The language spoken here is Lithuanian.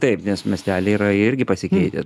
taip nes miesteliai yra irgi pasikeitę